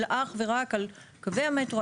אלא אך ורק על קווי המטרו,